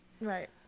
right